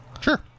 Sure